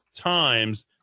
times